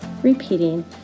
repeating